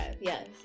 yes